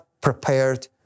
prepared